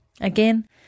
Again